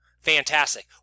Fantastic